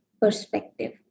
perspective